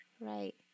right